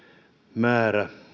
määrä